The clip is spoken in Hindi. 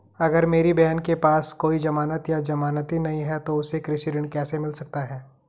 अगर मेरी बहन के पास कोई जमानत या जमानती नहीं है तो उसे कृषि ऋण कैसे मिल सकता है?